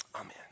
Amen